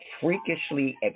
freakishly